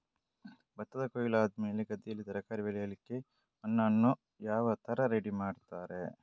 ಭತ್ತದ ಕೊಯ್ಲು ಆದಮೇಲೆ ಗದ್ದೆಯಲ್ಲಿ ತರಕಾರಿ ಬೆಳಿಲಿಕ್ಕೆ ಮಣ್ಣನ್ನು ಯಾವ ತರ ರೆಡಿ ಮಾಡ್ತಾರೆ?